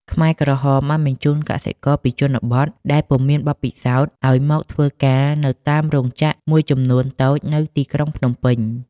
ខ្មែរក្រហមបានបញ្ជូនកសិករពីជនបទ ដែលពុំមានបទពិសោធន៍ឱ្យមកធ្វើការនៅតាមរោងចក្រមួយចំនួនតូចនៅទីក្រុងភ្នំពេញ ។